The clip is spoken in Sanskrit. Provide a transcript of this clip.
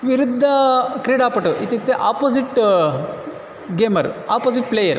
विरुद्धक्रीडापटुः इत्युक्ते आपोसिट् गेमर् आपोसिट् प्लेयर्